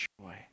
joy